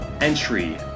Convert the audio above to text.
entry